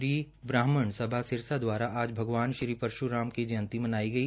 श्री ब्राहमाण सभा सिरसा द्वारा आज भगवान श्री परश्राम की जयंती मनाई गई